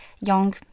young